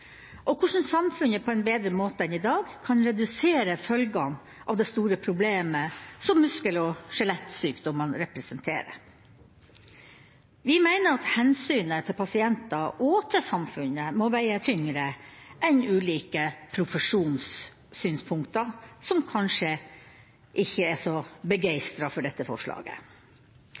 og hvordan samfunnet på en bedre måte enn i dag kan redusere følgene av det store problemet som muskel- og skjelettsykdommene representerer. Vi mener at hensynet til pasienter og til samfunnet må veie tyngre enn synspunkter fra ulike profesjoner som kanskje ikke er så